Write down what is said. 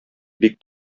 бик